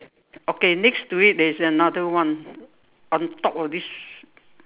okay next to it there's another one on top of this